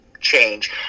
change